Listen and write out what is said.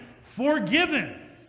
forgiven